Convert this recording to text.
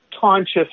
conscious